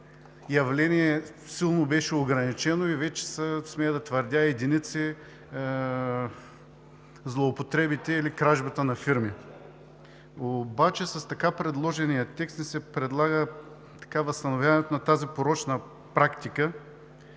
беше силно ограничено и вече смея да твърдя единици са злоупотребите или кражбата на фирми. С предложения текст обаче ни се предлага възстановяването на тази порочна практика,